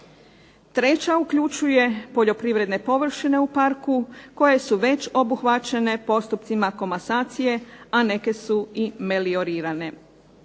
Treća uključuje poljoprivredne površine u Parku koje su već obuhvaćene postupcima komasacije, a neke su i meliorirane.